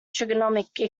trigonometric